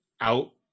out